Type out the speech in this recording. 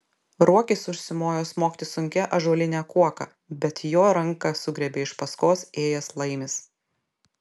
ruokis užsimojo smogti sunkia ąžuoline kuoka bet jo ranką sugriebė iš paskos ėjęs laimis